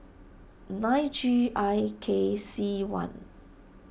nine G I K C one